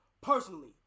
personally